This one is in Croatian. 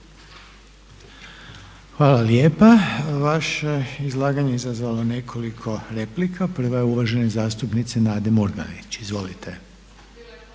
Hvala lijepa. Vaše izlaganje je izazvalo nekoliko replika. Prva je uvažene zastupnice Nade Murganić. Izvolite.